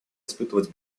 испытывать